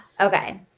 Okay